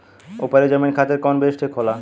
उपरी जमीन खातिर कौन बीज ठीक होला?